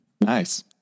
Nice